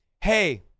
Hey